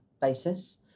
basis